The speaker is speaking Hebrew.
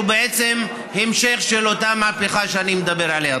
שהוא בעצם המשך של אותה מהפכה שאני מדבר עליה.